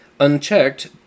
Unchecked